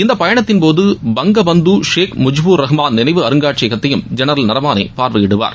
இந்த பயணத்தின் போது பங்க பந்து ஷேக் முஜ்பூர் ரஹ்மான் நினைவு அருங்காட்சியகத்தையும் ஜெனரல் நரவாணே பார்வையிடுவார்